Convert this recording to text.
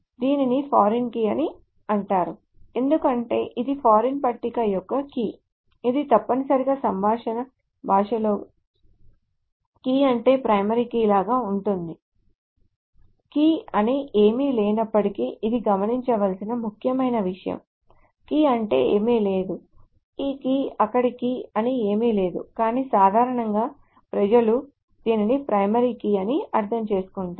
దీనిని foreign key అని అంటారు ఎందుకంటే ఇది ఫారిన్ పట్టిక యొక్క కీ ఇది తప్పనిసరిగా సంభాషణ భాషలో కీ అంటే ప్రైమరీ కీ లాగా ఉంటుంది కీ అని ఏమీ లేనప్పటికీ ఇది గమనించవలసిన ముఖ్యమైన విషయం కీ అంటే ఏమీ లేదు ఈ కీ అక్కడ కీ అని ఏమీ లేదు కానీ సాధారణంగా ప్రజలు దీనిని ప్రైమరీ కీ అని అర్థం చేసుకుంటారు